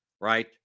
Right